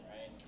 right